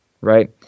right